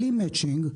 בלי מצ'ינג,